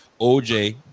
OJ